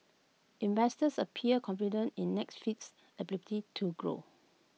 investors appear confident in Netflix's ability to grow